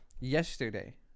Yesterday